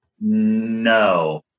No